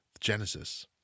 Genesis